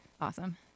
awesome